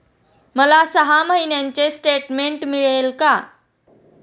मला सहा महिन्यांचे स्टेटमेंट मिळेल का?